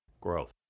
Growth